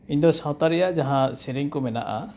ᱤᱧᱫᱚ ᱥᱟᱶᱛᱟ ᱨᱮᱭᱟᱜ ᱡᱟᱦᱟᱸ ᱥᱮᱨᱮᱧ ᱠᱚ ᱢᱮᱱᱟᱜᱼᱟ